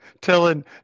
telling